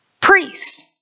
Priests